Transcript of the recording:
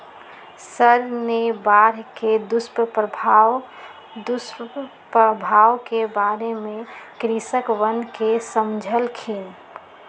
sir ने बाढ़ के दुष्प्रभाव के बारे में कृषकवन के समझल खिन